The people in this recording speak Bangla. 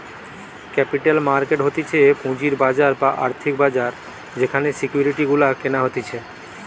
ক্যাপিটাল মার্কেট হতিছে পুঁজির বাজার বা আর্থিক বাজার যেখানে সিকিউরিটি গুলা কেনা হতিছে